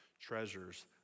treasures